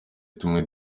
tumwe